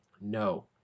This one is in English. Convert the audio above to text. No